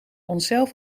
onszelf